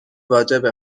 واجبه